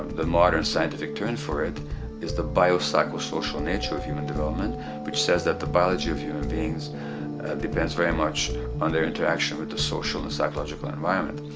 the modern scientific term for it is the bio-psycho-social nature of human development which says that the biology of human beings depends very much on their interaction with the social and psychological environment.